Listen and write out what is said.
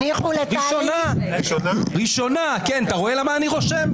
, אתה רואה למה אני רושם?